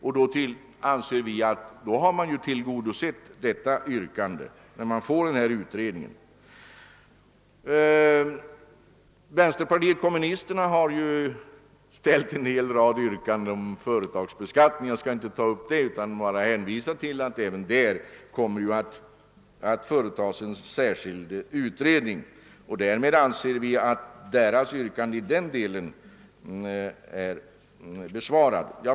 Vi anser att man har tillgodosett ifrågavarande yrkande genom tillsättande av denna utredning. Vänsterpariiet kommunisterna har ju ställt en hel rad yrkanden om företagsbeskattning. Jag skall inte ta upp det utan bara hänvisa till att även på det området kommer att företas en särskild utredning, och därmed anser vi att yrkandet i denna del är besvarat.